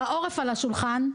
העורף על השולחן,